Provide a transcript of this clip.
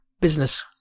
business